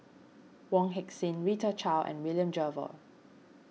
Wong Heck Sing Rita Chao and William Jervois